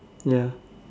ya